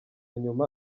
nyuma